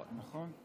נכון?